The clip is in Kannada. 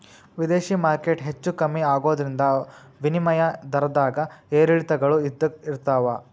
ವಿದೇಶಿ ಮಾರ್ಕೆಟ್ ಹೆಚ್ಚೂ ಕಮ್ಮಿ ಆಗೋದ್ರಿಂದ ವಿನಿಮಯ ದರದ್ದಾಗ ಏರಿಳಿತಗಳು ಇದ್ದ ಇರ್ತಾವ